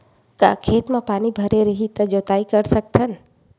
का खेत म पानी भरे रही त जोताई कर सकत हन?